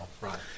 Right